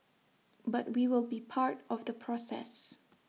but we will be part of the process